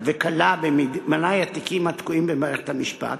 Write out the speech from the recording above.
קלה, במלאי התיקים התקועים במערכת המשפט,